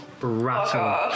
rattle